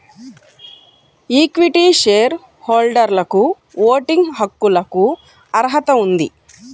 equity share హోల్డర్లకుఓటింగ్ హక్కులకుఅర్హత ఉంది